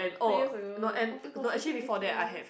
three years ago oh-my-gosh was it really two years